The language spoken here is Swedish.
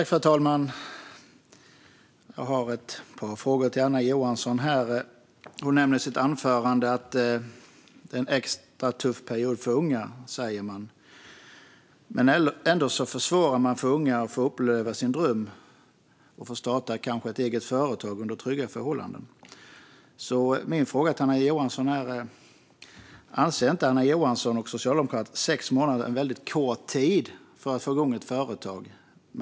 Fru talman! Anna Johansson nämner i sitt anförande att det är en extra tuff period för unga. Ändå försvårar man för unga att få förverkliga drömmen om att starta eget företag under trygga förhållanden. Anser inte Anna Johansson och Socialdemokraterna att sex månader är en väldigt kort tid för att få igång ett företag?